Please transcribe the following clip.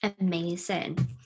Amazing